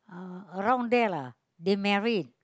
uh around there lah they married